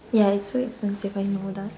ya it's so expensive when you go buy